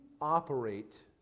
operate